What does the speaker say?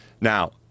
Now